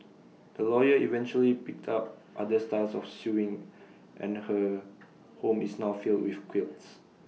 the lawyer eventually picked up other styles of sewing and her home is now filled with quilts